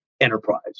enterprise